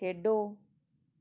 ਖੇਡੋ